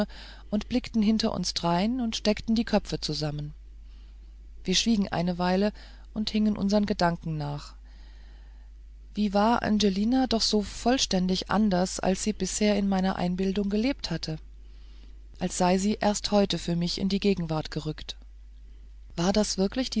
und blickten hinter uns drein und steckten die köpfe zusammen wir schwiegen eine weile und hingen unseren gedanken nach wie war angelina doch so vollständig anders als sie bisher in meiner einbildung gelebt hatte als sei sie erst heute für mich in die gegenwart gerückt war das wirklich